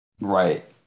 Right